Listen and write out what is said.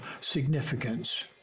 significance